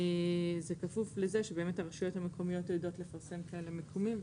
זה כפוף לזה שבאמת הרשויות המקומיות יודעות לפרסם כאלה מיקומים,